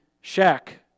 shack